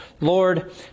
Lord